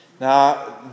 Now